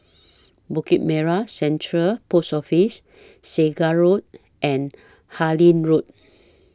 Bukit Merah Central Post Office Segar Road and Harlyn Road